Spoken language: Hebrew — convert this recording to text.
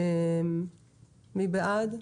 מי בעד?